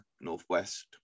Northwest